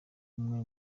umwe